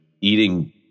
eating